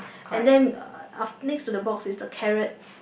and then uh af~ next to the box is the carrot